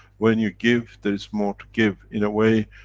when you give there is more to give. in a way,